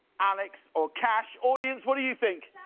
alex or cash? audience, what do you think?